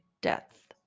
death